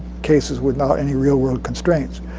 cases with not any real world constraints.